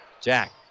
Jack